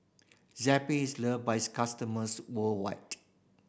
Zappy is loved by its customers worldwide